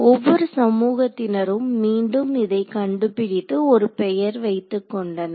ஒவ்வொரு சமூகத்தினரும் மீண்டும் இதை கண்டுபிடித்து ஒரு பெயர் வைத்துக் கொண்டனர்